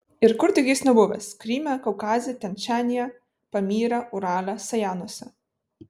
ir kur tik jis nebuvęs kryme kaukaze tian šanyje pamyre urale sajanuose